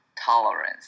tolerance